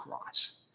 cross